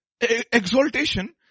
exaltation